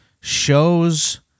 shows